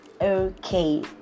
okay